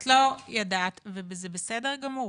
את לא ידעת וזה בסדר גמור,